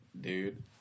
dude